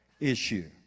issue